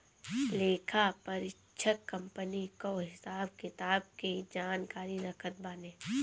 लेखापरीक्षक कंपनी कअ हिसाब किताब के जानकारी रखत बाने